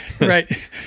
Right